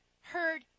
heard